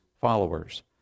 followers